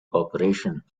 corporation